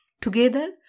Together